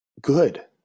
good